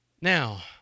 Now